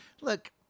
look